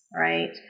right